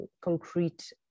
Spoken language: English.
concrete